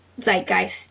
Zeitgeist